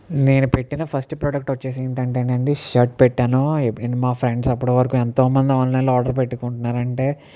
నేను పెట్టిన first product వచ్చి ఏంటంటే అండి షర్ట్ పెట్టాను మా ఫ్రెండ్స్ అప్పటివరకు ఎంతో మంది ఆన్లైన్లో ఆర్డర్ పెట్టుకున్నారంటే